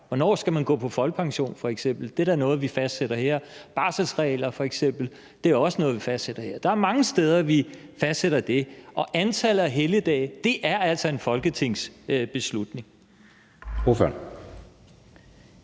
Hvornår man skal gå på folkepension, er da f.eks. noget, vi fastsætter her. Barselsregler er f.eks. også noget, vi fastsætter her. Der er mange steder, vi fastsætter det. Og antallet af helligdage er altså en folketingsbeslutning.